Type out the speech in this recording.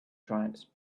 tribes